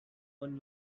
one